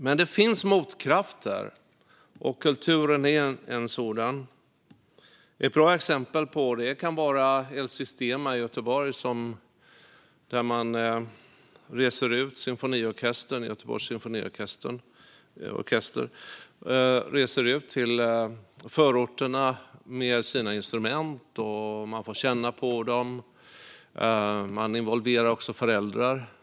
Men det finns motkrafter, och kulturen är en sådan. Ett bra exempel är El Sistema i Göteborg. Göteborgs symfoniorkester reser ut till förorterna med sina instrument. Man får känna på dem. Man involverar också föräldrar.